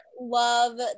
love